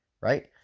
right